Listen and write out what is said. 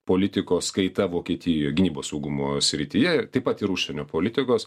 politikos kaita vokietijoj gynybos saugumo srityje taip pat ir užsienio politikos